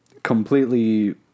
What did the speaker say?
Completely